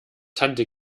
tante